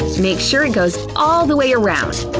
make sure it goes all the way around.